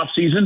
offseason